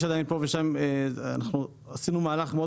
יש עדיין פה ושם אנחנו עשינו מהלך מאוד